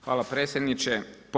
Hvala predsjedniče.